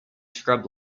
scrub